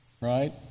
right